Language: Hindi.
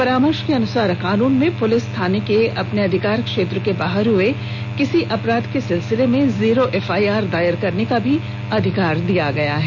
परामर्श के अनुसार कानून में पुलिस थाने के अपने अधिकार क्षेत्र से बाहर हुए किसी अपराध के सिलसिले में जीरो एफआईआर दायर करने का भी अधिकार दिया गया है